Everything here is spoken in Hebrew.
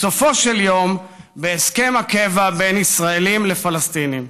בסופו של יום, בהסכם הקבע בין ישראלים לפלסטינים.